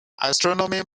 astronomy